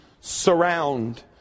surround